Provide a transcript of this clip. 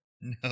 No